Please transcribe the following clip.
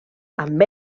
amb